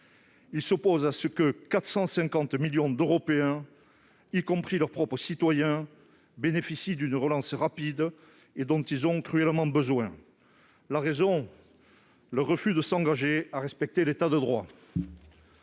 Ils s'opposent à ce que 450 millions d'Européens, y compris leurs propres citoyens, bénéficient d'une relance rapide dont ils ont cruellement besoin. La raison en est le refus de s'engager à respecter l'État de droit.